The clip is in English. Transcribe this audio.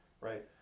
right